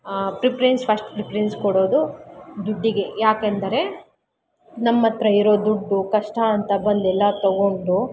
preference first preference ಕೊಡೋದು ದುಡ್ಡಿಗೆ ಏಕೆಂದ್ರೆ ನಮ್ಮ ಹತ್ರ ಇರೋ ದುಡ್ಡು ಕಷ್ಟ ಅಂತ ಬಂದು ಎಲ್ಲ ತಗೊಂಡು